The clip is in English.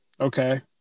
Okay